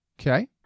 Okay